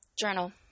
Journal